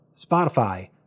Spotify